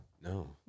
No